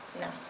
No